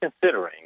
considering